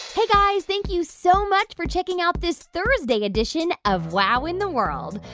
hey, guys. thank you so much for checking out this thursday edition of wow in the world.